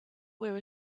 were